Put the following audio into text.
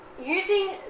using